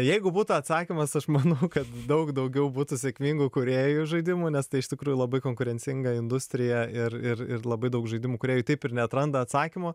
jeigu būtų atsakymas aš manau kad daug daugiau būtų sėkmingų kūrėjų žaidimų nes tai iš tikrųjų labai konkurencinga industrija ir ir ir labai daug žaidimų kurie jau taip ir neatranda atsakymo